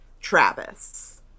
Travis